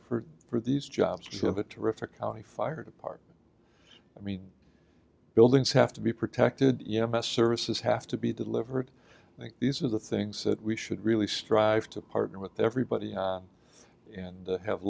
for for these jobs have a terrific county fire department i mean buildings have to be protected you know best services have to be delivered and these are the things that we should really strive to partner with everybody and have